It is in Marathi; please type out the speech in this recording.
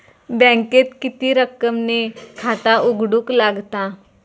बँकेत किती रक्कम ने खाता उघडूक लागता?